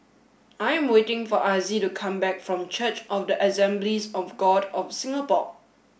I am waiting for Azzie to come back from Church of the Assemblies of God of Singapore